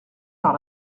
par